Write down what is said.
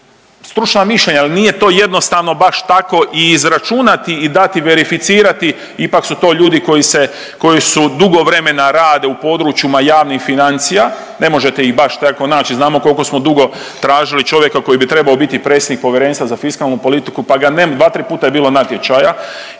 stručna mišljenja jer nije to jednostavno baš tako i izračunati i dati verificirati, ipak su to ljudi koji se, koji su dugo vremena rade u područjima javnih financija, ne možete ih baš tako naći znamo koliko smo dugo tražili čovjeka koji bi trebao biti predsjednik povjerenstva za fiskalnu politiku, pa ga, 2-3 puta je bilo natječaja